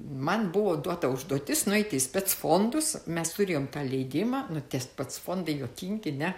man buvo duota užduotis nueiti į spec fondus mes turėjom leidimą nu tie spec fondai juokingi ne